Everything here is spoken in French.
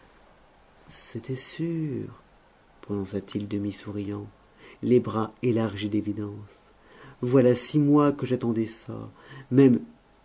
c'était sûr prononça-t-il demi souriant les bras élargis d'évidence voilà six mois que j'attendais ça même